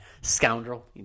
scoundrel